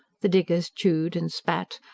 the diggers chewed and spat,